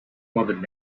bothered